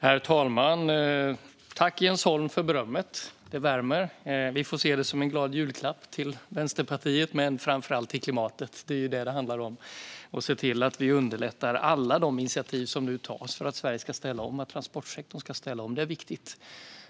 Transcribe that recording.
Herr talman! Tack, Jens Holm, för berömmet! Det värmer. Vi får se det som en glad julklapp till Vänsterpartiet men framför allt till klimatet - det är ju det som det handlar om. Vi ska se till att vi underlättar alla initiativ som nu tas för att Sverige och transportsektorn ska ställa om. Det är viktigt.